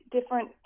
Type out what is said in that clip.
different